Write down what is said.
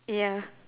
ya